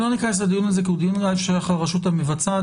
לא ניכנס לדיון הזה כי הוא דיון ששייך לרשות המבצעת.